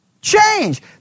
Change